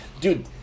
dude